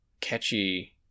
catchy